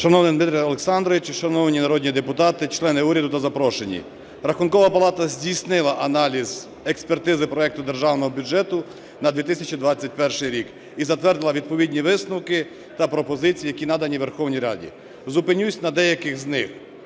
Шановний Дмитре Олександровичу, шановні народні депутати, члени уряду та запрошені! Рахункова палата здійснила аналіз експертизи проекту Державного бюджету на 2021 рік і затвердила відповідні висновки та пропозиції, які надані Верховній Раді. Зупинюсь на деяких з них.